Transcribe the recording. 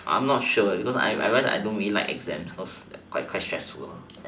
I am not sure because I realise I don't really like exams cause like quite stressful lah